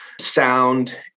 sound